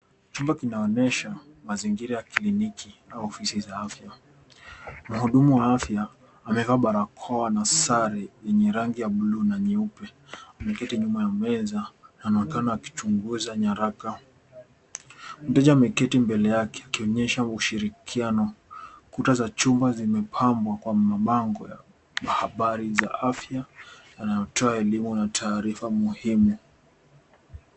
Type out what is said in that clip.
Chumba kinaonyesha mazingira ya kliniki au ofisi za afya. Mhudumu wa afya amevaa barakoa na sare yenye rangi ya blue na nyeupe ameketi nyuma ya meza anaonekana akichunguza nyaraka. Mteja ameketi mbele yake akionyesha ushirikiano. Kuta za chumba zimepambwa kwa mabango ya mahabari za afya yanayotoa elimu na taarifa muhimu.